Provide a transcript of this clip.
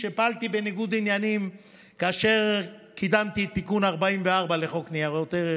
שפעלתי בניגוד עניינים כאשר קידמתי את תיקון 44 לחוק ניירות ערך